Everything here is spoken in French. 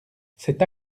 cette